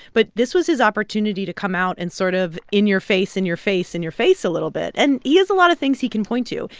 but this was his opportunity to come out and sort of in your face, in your face, in your face a little bit. and he has a lot of things he can point to.